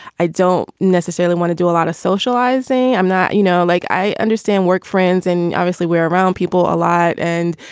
i don't necessarily necessarily want to do a lot of socializing. i'm not, you know, like i understand work friends. and obviously we're around people a lot. and,